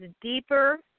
deeper